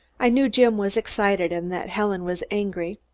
i knew jim was excited and that helen was angry.